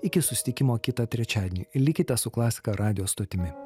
iki susitikimo kitą trečiadienį likite su klasika radijo stotimi